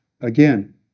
again